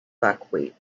buckwheat